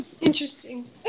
Interesting